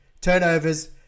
turnovers